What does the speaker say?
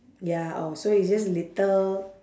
ya orh so it's just little